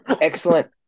excellent